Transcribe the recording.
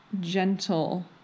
gentle